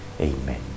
Amen